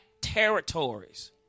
territories